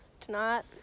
tonight